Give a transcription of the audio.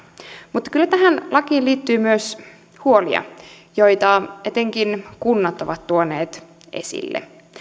mutta kyllä tähän lakiin liittyy myös huolia joita etenkin kunnat ovat tuoneet esille